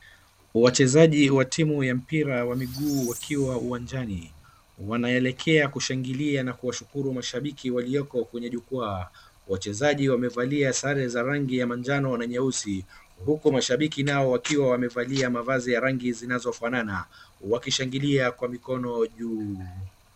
Wachezaji wa timu ya mpira wa miguu wakiwa uwanjani wanaelekea kushangilia na kuwashukuru mashabiki walioko kwenye jukwaa. Wachezaji wamevalia sare za rangi ya majano na nyeusi huku mashabiki nao wakiwa wamevalia mavazi ya rangi zinazofanana wakishangilia kwa mikono juu.